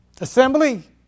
assembly